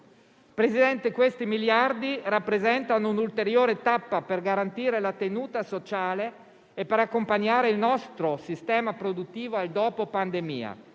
Presidente, questi miliardi rappresentano un'ulteriore tappa per garantire la tenuta sociale e per accompagnare il nostro sistema produttivo nel dopo pandemia.